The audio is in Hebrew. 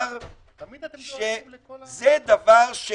תמיד אתם דואגים לכל --- זה דבר שהוא